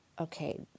okay